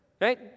right